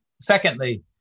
secondly